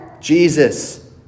Jesus